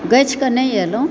गैछ कऽ नहि एलहुँ